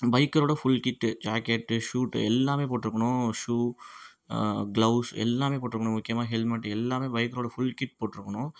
பைக்கரோடய full kit jacket suit எல்லாமே போட்டிருக்கணும் shoe gloves எல்லாமே போட்டிருக்கணும் முக்கியமாக ஹெல்மெட் எல்லாமே பைக்கரோடய ஃபுல் கிட் போட்டிருக்கணும்